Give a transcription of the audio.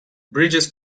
bridges